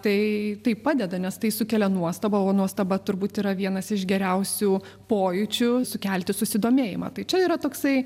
tai tai padeda nes tai sukelia nuostabą o nuostaba turbūt yra vienas iš geriausių pojūčių sukelti susidomėjimą tai čia yra toksai